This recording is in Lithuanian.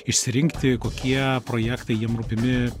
išsirinkti kokie projektai jiem rūpimi